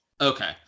Okay